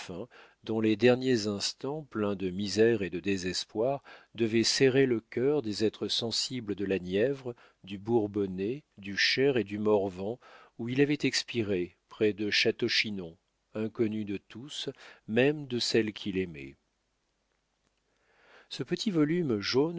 dont les derniers instants pleins de misère et de désespoir devaient serrer le cœur des êtres sensibles de la nièvre du bourbonnais du cher et du morvan où il avait expiré près de château chinon inconnu de tous même de celle qu'il aimait ce petit volume jaune